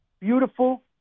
beautiful